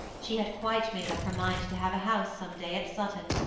she had quite made up her mind to have a house, some day, at sutton.